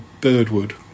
Birdwood